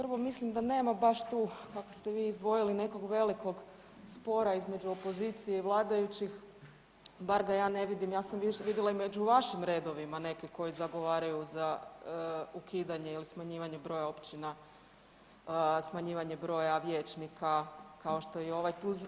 Pa evo prvo mislim da nema baš tu ako ste vi izdvojili nekog veliko spora između opozicije i vladajućih bar da ja ne vidim, ja sam vidjela među vašim redovima neke koji zagovaraju za ukidanje ili smanjivanje broja općina, smanjivanje broja vijećnika kao što je i ovaj tu.